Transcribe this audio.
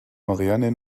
marianne